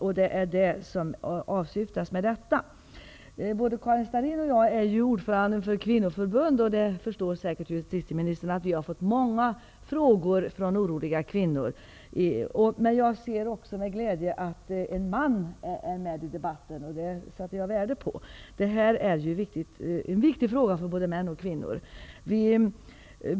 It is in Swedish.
Så är det också i detta fall. Både Karin Starrin och jag är ordförande i kvinnoförbund, och justitieministern förstår säkert att vi har fått många frågor från oroliga kvinnor. Jag ser också med glädje att en man deltar i debatten -- det sätter jag värde på. Det här är en viktig fråga för både män och kvinnor.